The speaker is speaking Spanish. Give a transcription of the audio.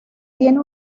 tiene